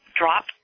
drop